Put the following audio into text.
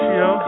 yo